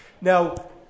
Now